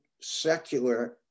secular